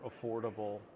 affordable